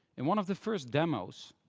in one of the first demos,